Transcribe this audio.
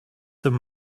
them